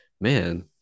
man